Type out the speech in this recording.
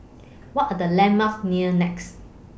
What Are The landmarks near Nex